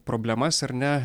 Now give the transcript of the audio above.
problemas ar ne